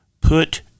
put